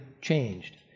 changed